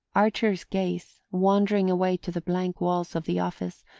archer's gaze, wandering away to the blank walls of the office,